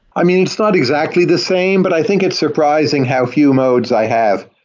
i mean, it's not exactly the same, but i think it's surprising how few modes i have.